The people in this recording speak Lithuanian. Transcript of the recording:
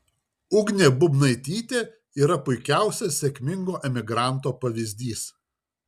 ugnė bubnaitytė yra puikiausias sėkmingo emigranto pavyzdys